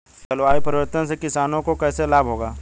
जलवायु परिवर्तन से किसानों को कैसे लाभ होगा?